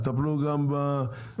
יטפלו גם בתערובת,